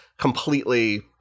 completely